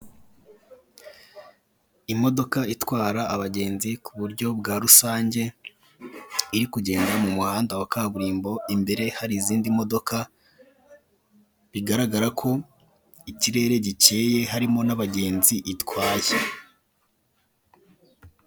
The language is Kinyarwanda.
Imodoka itwara abagenzi ku buryo bwa rusange iri kugenda mu muhanda wa kaburimbo imbere hari izindi modoka bigaragara ko ikirere gikeye harimo n'abagenzi itwaye.